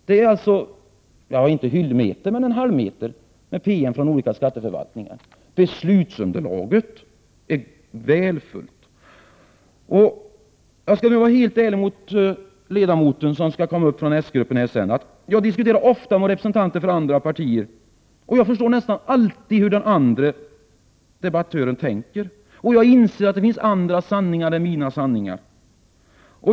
Det är kanske inte hyllmeter, men en halvmeter är det allt. Beslutsunderlaget är alltså välfyllt. Jag skall nu vara helt ärlig mot representanten från s-gruppen. Ofta diskuterar jag med en representant för ett annat parti, och jag förstår då nästan alltid hur den andre tänker. Jag inser att det finns andra sanningar än mina sanningar.